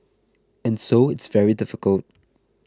and so it's very difficult